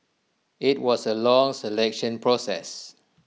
IT was A long selection process